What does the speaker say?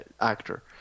actor